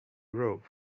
robe